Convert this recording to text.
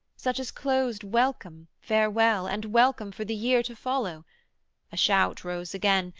such as closed welcome, farewell, and welcome for the year to follow a shout rose again,